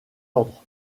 ordres